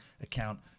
account